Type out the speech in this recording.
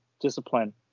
discipline